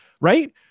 Right